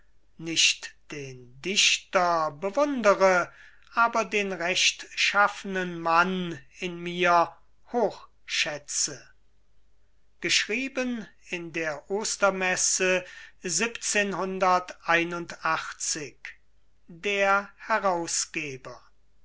nicht den dichter bewundere aber den rechtschaffenen mann in mir hochschätze geschrieben in der ostermesse der herausgeber